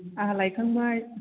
आंहा लायखांबाय